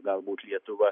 galbūt lietuva